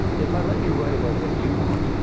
if i let you write about what you want,